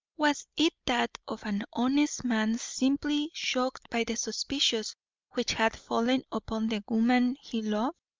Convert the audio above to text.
was it that of an honest man simply shocked by the suspicions which had fallen upon the woman he loved?